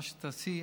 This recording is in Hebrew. מה שתעשי,